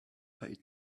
pay